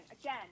again